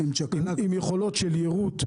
עם יכולות יירוט,